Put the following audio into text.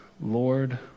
Lord